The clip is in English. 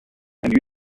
and